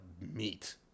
meat